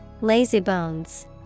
Lazybones